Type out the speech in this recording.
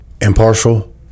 impartial